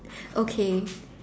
okay